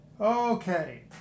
Okay